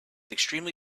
extremely